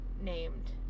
named